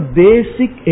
basic